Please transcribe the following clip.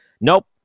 nope